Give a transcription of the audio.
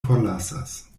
forlasas